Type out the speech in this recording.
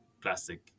plastic